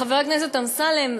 חבר הכנסת אמסלם,